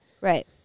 Right